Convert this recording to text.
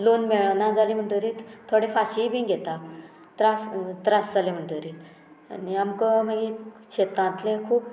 loan मेळना जाले म्हणटरीत थोडे फाशीय बी घेता त्रास त्रास जाले म्हणटरीत आनी आमकां मागीर शेतांतले खूब